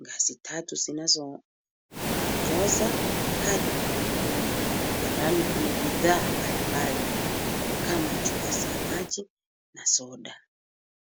ngazi tatu zinazoongoza hadi mlangoni na ndani kuna bidhaa mbalimbali kama chupa za maji na soda.